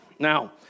Now